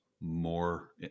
more